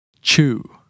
Chew